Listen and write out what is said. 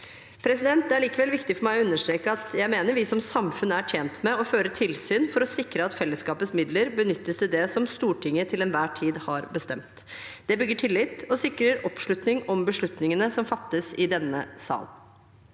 skolepenger. Det er likevel viktig for meg å understreke at jeg mener vi som samfunn er tjent med å føre tilsyn for å sikre at fellesskapets midler benyttes til det som Stortinget til enhver tid har bestemt. Det bygger tillit og sikrer oppslutning om beslutningene som fattes i denne sal.